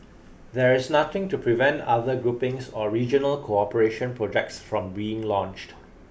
there is nothing to prevent other groupings or regional cooperation projects from being launched